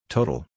Total